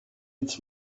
its